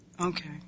Okay